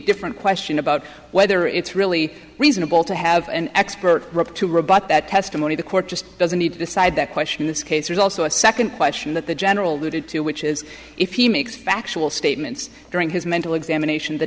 different question about whether it's really reasonable to have an expert to rebut that testimony the court just doesn't need to decide that question this case there's also a second question that the general routed to which is if he makes factual statements during his mental examination the